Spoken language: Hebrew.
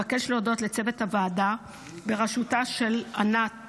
אבקש להודות לצוות הוועדה בראשותה של ענת